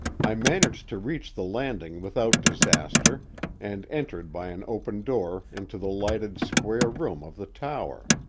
i managed to reach the landing without disaster and entered by an open door into the lighted square room of the tower.